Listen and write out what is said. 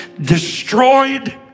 destroyed